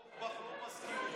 הרב פרוש, אורבך לא מסכים איתך.